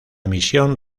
misión